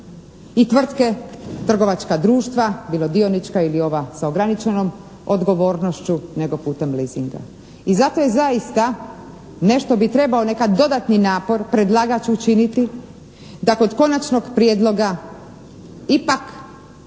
i tvrtke, trgovačka društva, bilo dionička ili ova sa ograničenom odgovornošću nego putem leasinga. I za to je zaista nešto bi trebalo, neki dodatni napor predlagač učiniti da kod konačnog prijedloga ipak